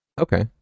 Okay